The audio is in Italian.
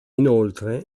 inoltre